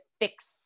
fix